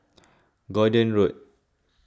Gordon Road